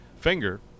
finger